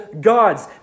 gods